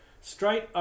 straight